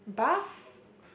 buff